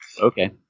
Okay